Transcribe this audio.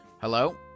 Hello